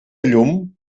llum